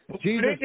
Jesus